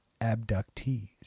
abductees